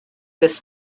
this